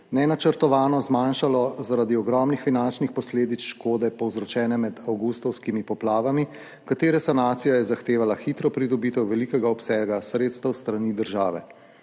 nenačrtovano zmanjšalo zaradi ogromnih finančnih posledic škode, povzročene med avgustovskimi poplavami, katere sanacija je zahtevala hitro pridobitev velikega obsega sredstev s strani države.